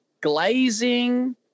glazing